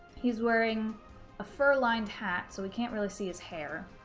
he's wearing a fur-lined hat, so we can't really see his hair,